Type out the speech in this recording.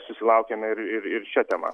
susilaukiame ir ir ir šia tema